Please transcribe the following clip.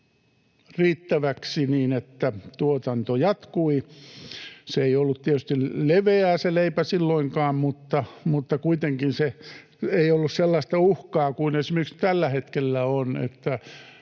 riittäväksi niin, että tuotanto jatkui. Se leipä ei ollut tietysti leveää silloinkaan, mutta kuitenkaan ei ollut sellaista uhkaa kuin esimerkiksi tällä hetkellä on,